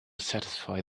satisfy